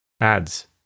Ads